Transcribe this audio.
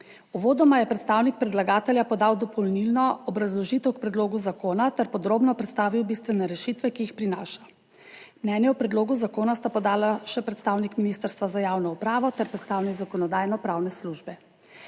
Uvodoma je predstavnik predlagatelja podal dopolnilno obrazložitev k predlogu zakona ter podrobno predstavil bistvene rešitve, ki jih prinaša. Mnenje o predlogu zakona sta podala še predstavnik Ministrstva za javno upravo ter predstavnik Zakonodajno-pravne službe.